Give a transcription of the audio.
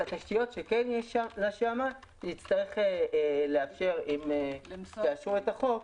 את התשתיות שכן יש שם, אם יאשרו את החוק,